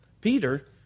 Peter